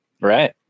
Right